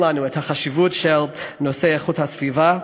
לנו את החשיבות של נושא איכות הסביבה.